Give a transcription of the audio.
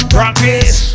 Practice